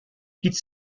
its